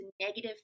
negative